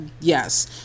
yes